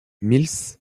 mills